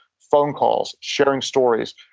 phone calls, sharing stories,